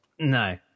no